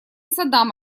садам